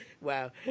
wow